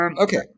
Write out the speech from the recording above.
Okay